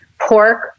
pork